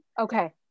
Okay